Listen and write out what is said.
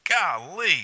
Golly